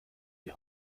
die